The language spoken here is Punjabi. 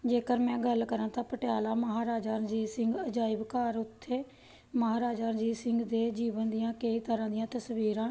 ਜੇਕਰ ਮੈਂ ਗੱਲ ਕਰਾਂ ਤਾਂ ਪਟਿਆਲਾ ਮਹਾਰਾਜਾ ਰਣਜੀਤ ਸਿੰਘ ਅਜਾਇਬ ਘਰ ਉੱਥੇ ਮਹਾਰਾਜਾ ਰਣਜੀਤ ਸਿੰਘ ਦੇ ਜੀਵਨ ਦੀਆਂ ਕਈ ਤਰ੍ਹਾਂ ਦੀਆਂ ਤਸਵੀਰਾਂ